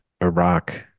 Iraq